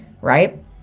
right